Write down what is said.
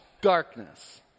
Darkness